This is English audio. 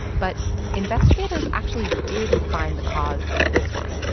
but investigators actually did find the cause of this one.